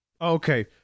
Okay